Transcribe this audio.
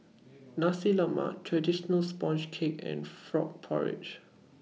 Nasi Lemak Traditional Sponge Cake and Frog Porridge